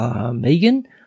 Megan